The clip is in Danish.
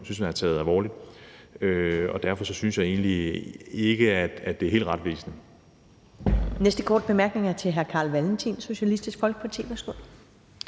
nævner, alvorligt. Derfor synes jeg egentlig ikke, at det er helt retvisende.